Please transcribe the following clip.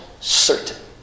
Certain